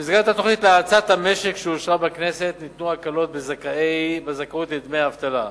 במסגרת התוכנית להאצת המשק שאושרה בכנסת ניתנו הקלות בזכאות לדמי אבטלה.